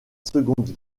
seconde